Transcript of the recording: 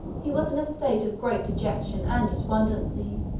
he was in a state of great dejection and despondency.